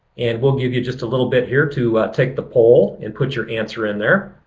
and we'll give you just a little bit here to take the poll and put your answer in there.